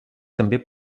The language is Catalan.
també